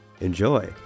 Enjoy